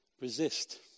resist